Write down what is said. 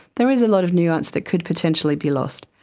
there is a lot of nuance that could potentially be lost.